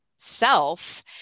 self